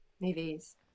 movies